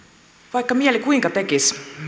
vaikka mieli kuinka tekisi